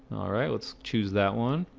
all right, let's choose that one.